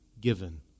given